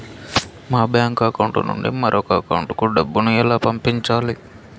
మా bank account నుండి మరొక అకౌంట్ కు డబ్బును ఎలా పంపించాలి